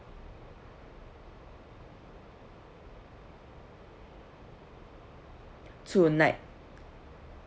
tonight